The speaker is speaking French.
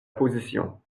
position